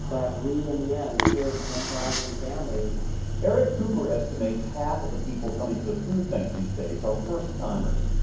but we in the end served ten thousand families eric cooper estimates half of the people coming to the food bank these days are first-timers.